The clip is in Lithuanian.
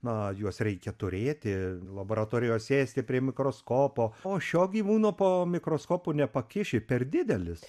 na juos reikia turėti laboratorijos sėsti prie mikroskopo o šio gyvūno po mikroskopu nepakiši per didelis